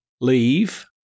leave